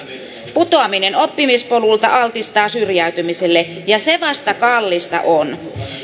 putoaminen oppimispolulta altistaa syrjäytymiselle ja se vasta kallista on